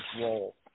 role